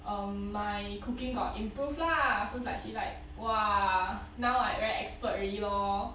um my cooking got improve lah so like she's like !wah! now I very expert already lor